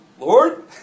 Lord